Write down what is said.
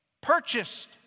Purchased